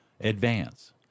advance